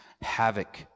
havoc